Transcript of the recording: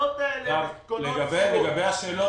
לגבי השאלות,